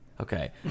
Okay